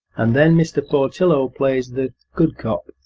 and then mr. portillo plays the good cop,